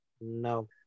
No